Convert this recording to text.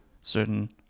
certain